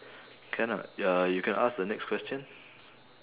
can ah ya you can ask the next question